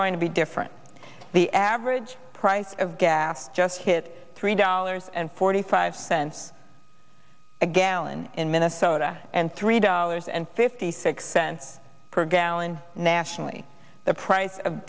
going to be different the average price of gas just hit three dollars and forty five cents a gallon in minnesota and three dollars and fifty six then per gallon nationally the price of